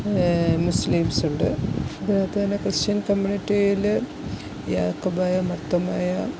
മുസ്ലിംസുണ്ട് അതിനകത്തുതന്നെ ക്രിസ്ത്യൻ കമ്മ്യൂണിറ്റിയിൽ യാക്കോബയും മാർത്തോമായ